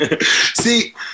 See